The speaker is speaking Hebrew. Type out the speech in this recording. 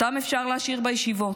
אותם אפשר להשאיר בישיבות,